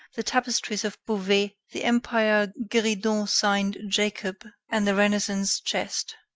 the tapestries of beauvais, the empire gueridon signed jacob, and the renaissance chest.